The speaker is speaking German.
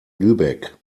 lübeck